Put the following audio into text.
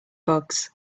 bugs